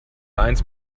eins